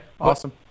Awesome